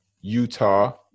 Utah